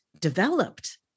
developed